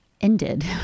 ended